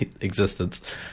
existence